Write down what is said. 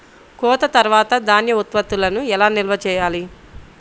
కోత తర్వాత ధాన్య ఉత్పత్తులను ఎలా నిల్వ చేయాలి?